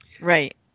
Right